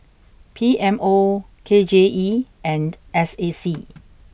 P M O K J E and S A C